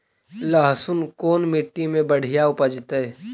लहसुन कोन मट्टी मे बढ़िया उपजतै?